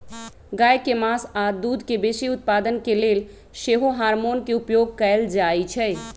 गाय के मास आऽ दूध के बेशी उत्पादन के लेल सेहो हार्मोन के उपयोग कएल जाइ छइ